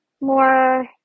more